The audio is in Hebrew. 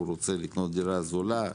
הוא רוצה לקנות דירה זולה,